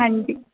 हांजी